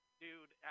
dude